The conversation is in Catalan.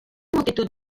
multitud